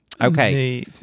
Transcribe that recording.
Okay